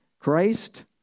Christ